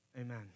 Amen